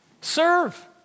Serve